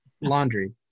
laundry